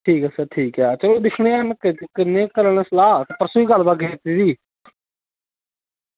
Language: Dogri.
ठीक ऐ सर ठीक ऐ चलो दिक्खनेआं ते करने आं घरै आह्लें कन्नै सलाह् ते में परसों दी गल्ल कीती दी